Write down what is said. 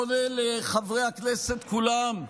אני פונה לחברי הכנסת כולם: